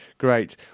Great